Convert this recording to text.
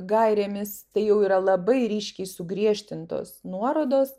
gairėmis tai jau yra labai ryškiai sugriežtintos nuorodos